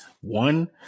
one